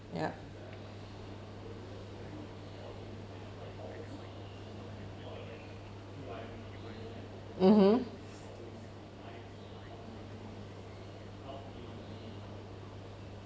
yup mmhmm